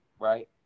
right